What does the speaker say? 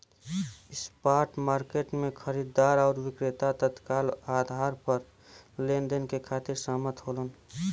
spot market में खरीदार आउर विक्रेता तत्काल आधार पर लेनदेन के खातिर सहमत होलन